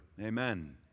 Amen